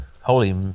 holy